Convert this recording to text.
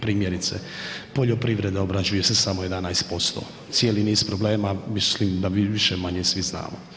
Primjerice, poljoprivreda obrađuje se samo 11%, cijeli niz problema mislim da više-manje svi znamo.